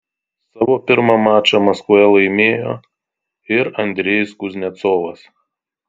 savo pirmą mačą maskvoje laimėjo ir andrejus kuznecovas